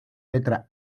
letra